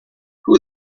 who